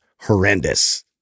horrendous